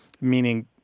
meaning